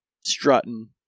strutting